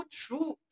true